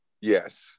Yes